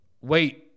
Wait